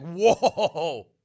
whoa